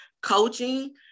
Coaching